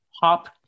pop